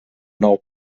nou